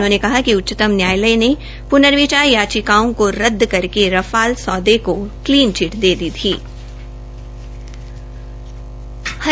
उन्होंने कहा कि उच्चतम न्यायालय ने पूर्नर्विचार याचिकाओं को रदद करके रफाल सौदे को क्लीन चिट दे दी है